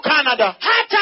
Canada